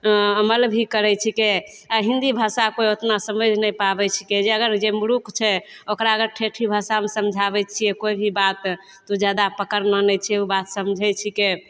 अमल भी करै छिकै आ हिंदी भाषा कोइ ओतना समझि नहि पाबै छिकै जे अगर जे मुरूख छै ओकरा अगर ठेठी भाषामे समझाबै छियै कोइ भी बात तऽ ओ जादा पकड़ मानै छै ओ बात समझै छिकै